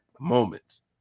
moments